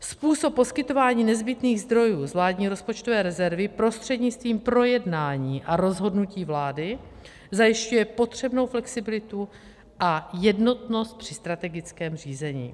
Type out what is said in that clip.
Způsob poskytování nezbytných zdrojů z vládní rozpočtové rezervy prostřednictvím projednání a rozhodnutí vlády zajišťuje potřebnou flexibilitu a jednotnost při strategickém řízení.